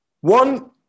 One